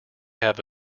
have